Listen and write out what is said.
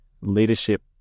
leadership